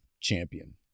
champion